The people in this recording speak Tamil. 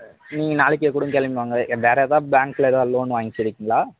நீங்கள் நாளைக்கே கூட கிளம்பி வாங்க வேறு எதாவது பேங்கில் எதாவது லோன் வாங்கி இருக்கிங்களா